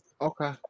Okay